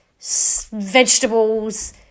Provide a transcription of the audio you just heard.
vegetables